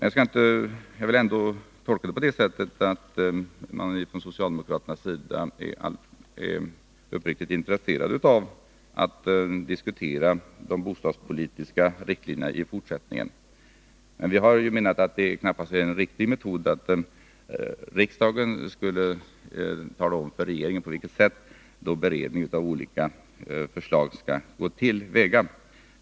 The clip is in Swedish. Jag vill ändå tolka det på det sättet att socialdemokraterna är uppriktigt intresserade av att diskutera de bostadspolitiska riktlinjerna i fortsättningen. Vi menar att det knappast är en riktig metod att riksdagen talar om för regeringen hur beredningen av politiska förslag skall gå till.